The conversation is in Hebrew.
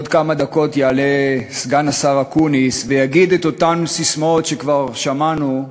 עוד כמה דקות יעלה סגן השר אקוניס ויגיד את אותן ססמאות שכבר שמענו,